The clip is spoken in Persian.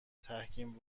تحکیم